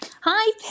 Hi